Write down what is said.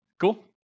Cool